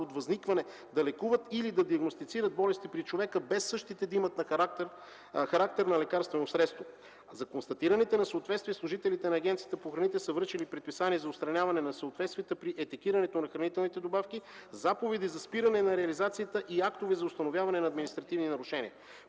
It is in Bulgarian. от възникване, да лекуват или да диагностицират болести при човека, без същите да имат характер на лекарствено средство. За констатираните несъответствия служителите на Агенцията по храните са връчили предписания за отстраняване на несъответствията при етикетирането на хранителните добавки, заповеди за спиране на реализацията и актове за установяване на административни нарушения.